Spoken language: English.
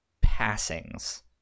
passings